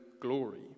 glory